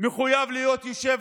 מחויב להיות יושב